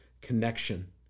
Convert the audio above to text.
connection